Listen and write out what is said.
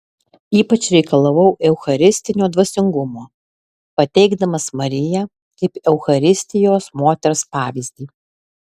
ypač reikalavau eucharistinio dvasingumo pateikdamas mariją kaip eucharistijos moters pavyzdį